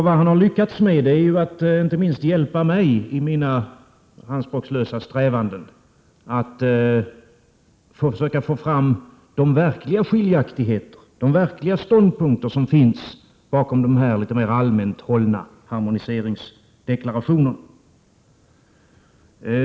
Vad han har lyckats med är att inte minst hjälpa mig i mina anspråkslösa strävanden att försöka få fram de verkliga skiljaktigheter och ståndpunkter som finns bakom de mera allmänt hållna harmoniseringsdeklarationerna.